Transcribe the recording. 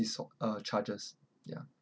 this uh charges ya